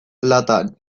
latan